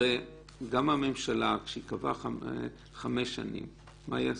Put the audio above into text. גם הממשלה כשהיא קבעה 5 שנים מה היא עשתה?